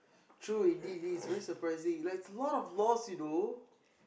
true indeed this is very surprising like a lot laws you know